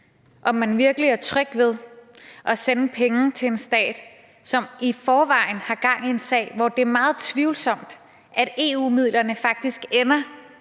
om man virkelig er tryg ved at sende penge til en stat, som i forvejen har gang i en sag, hvor det er meget tvivlsomt, at EU-midlerne faktisk ender